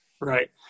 Right